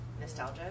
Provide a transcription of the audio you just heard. nostalgia